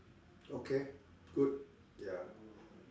okay good ya